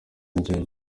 n’icyayi